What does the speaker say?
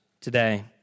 today